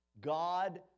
God